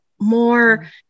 more